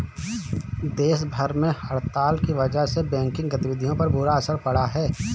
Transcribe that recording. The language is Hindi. देश भर में हड़ताल की वजह से बैंकिंग गतिविधियों पर बुरा असर पड़ा है